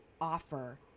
offer